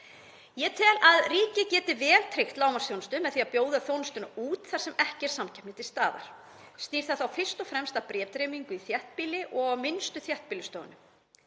Ég tel að ríkið geti vel tryggt lágmarksþjónustu með því að bjóða þjónustuna út þar sem ekki er samkeppni til staðar. Snýr það þá fyrst og fremst að bréfdreifingu í dreifbýli og á minnstu þéttbýlisstöðunum.